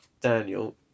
Daniel